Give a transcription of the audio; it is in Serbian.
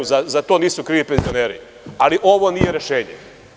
Za to nisu krivi penzioneri, ali ovo nije rešenje.